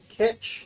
catch